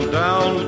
down